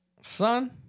Son